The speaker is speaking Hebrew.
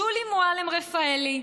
שולי מועלם-רפאלי,